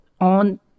on